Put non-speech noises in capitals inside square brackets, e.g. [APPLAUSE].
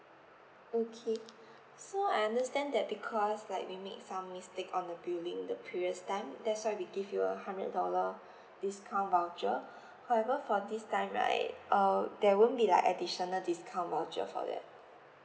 okay so I understand that because like we make some mistake on the billing the previous time that's why we give you a hundred dollar [BREATH] discount voucher [BREATH] however for this time right uh there won't be like additional discount voucher for that